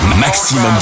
Maximum